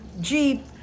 jeep